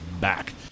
back